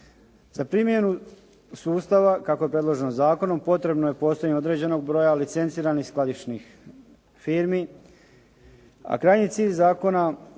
Za primjenu sustava kako je predloženo zakonom potrebno je postojanje određenog broja licenciranih skladišnih firmi a krajnji cilj zakona